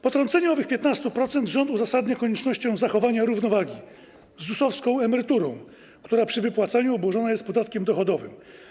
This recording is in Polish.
Potrącenie owych 15% rząd uzasadnia koniecznością zachowania równowagi z ZUS-owską emeryturą, która przy wypłacaniu obłożona jest podatkiem dochodowym.